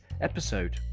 episode